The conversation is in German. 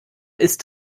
ist